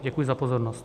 Děkuji za pozornost.